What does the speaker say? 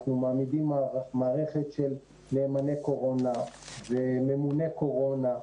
אנחנו מעמידים מערכת של נאמני קורונה וממוני קורונה.